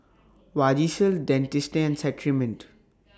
Vagisil Dentiste and Cetrimide